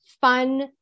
fun